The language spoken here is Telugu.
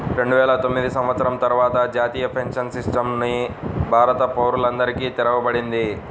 రెండువేల తొమ్మిది సంవత్సరం తర్వాత జాతీయ పెన్షన్ సిస్టమ్ ని భారత పౌరులందరికీ తెరవబడింది